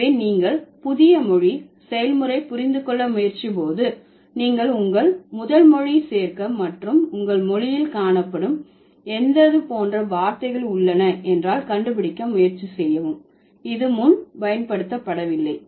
எனவே நீங்கள் புதிய மொழி செயல்முறை புரிந்து கொள்ள முயற்சி போது நீங்கள் உங்கள் முதல் மொழி சேர்க்க மற்றும் உங்கள் மொழியில் காணப்படும் எந்த போன்ற வார்த்தைகள் உள்ளன என்றால் கண்டுபிடிக்க முயற்சி இது முன் பயன்படுத்தப்படவில்லை